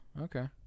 okay